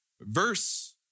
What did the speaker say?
Verse